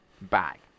back